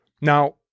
Now